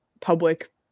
public